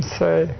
say